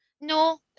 no